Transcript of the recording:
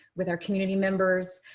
with our community members,